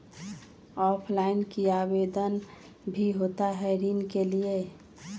Offline भी आवेदन भी होता है ऋण के लिए?